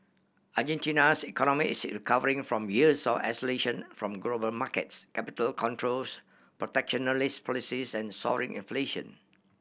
Argentina's economy is recovering from years of isolation from global markets capital controls protectionist policies and soaring inflation